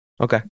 Okay